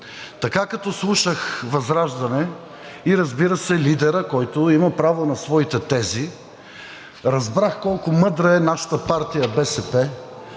така като слушах ВЪЗРАЖДАНЕ и, разбира се, лидера, който има право на своите тези, разбрах колко мъдра е нашата партия БСП,